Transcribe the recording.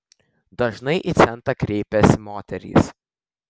dažnai į centrą kreipiasi moterys